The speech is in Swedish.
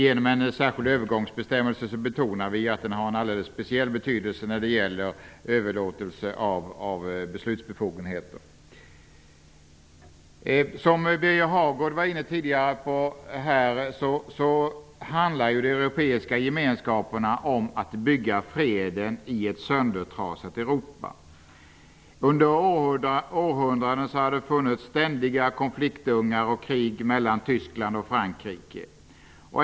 Genom en särskild övergångsbestämmelse betonar vi att den har en alldeles speciell betydelse när det gäller överlåtelse av beslutsbefogenheter. Som Birger Hagård tidigare var inne på skall de europeiska gemenskaperna bygga upp freden i ett söndertrasat Europa. Under århundraden har det funnits ständiga konflikthärdar och krig mellan Tyskland och Frankrike.